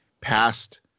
past